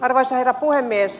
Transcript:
arvoisa herra puhemies